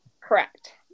Correct